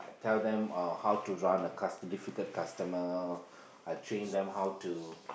tell them uh how to run a cust~ difficult customer I train them how to